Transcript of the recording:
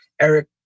Eric